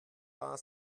war